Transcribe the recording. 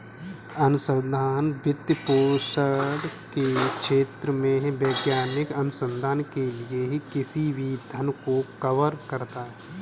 अनुसंधान वित्तपोषण के क्षेत्रों में वैज्ञानिक अनुसंधान के लिए किसी भी धन को कवर करता है